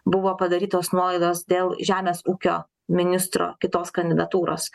buvo padarytos nuolaidos dėl žemės ūkio ministro kitos kandidatūros